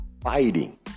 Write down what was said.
fighting